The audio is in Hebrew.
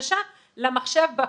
החדשה למחדש בכנסת.